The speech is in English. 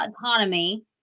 autonomy